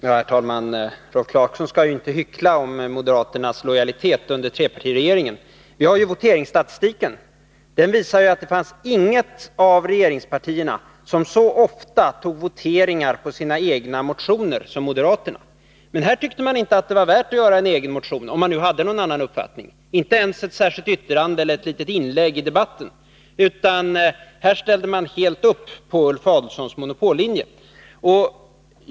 Herr talman! Rolf Clarkson skall inte hyckla när det gäller moderaternas lojalitet under trepartiregeringen. Vi har ju voteringsstatistiken. Den visar att det var inget av regeringspartierna som så ofta begärde voteringar om sina egna motioner som moderaterna. Men här tyckte man inte att det var värt att väcka en egen motion, om man nu hade någon annan uppfattning. Man avgav inte ens ett särskilt yttrande och man gjorde inte något enda litet inlägg i debatten, utan här ställde man helt upp på Ulf Adelsohns monopollinje i propositionen.